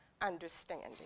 understanding